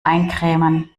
eincremen